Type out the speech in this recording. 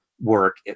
work